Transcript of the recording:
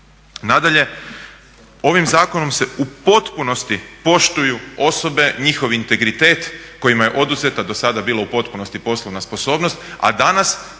Nadalje, ovim zakonom se u potpunosti poštuju osobe, njihov integritet kojima je oduzeta do sada bila u potpunosti poslovna sposobnost, a danas